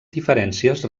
diferències